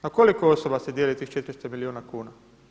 Na koliko osoba se dijeli tih 400 milijuna kuna?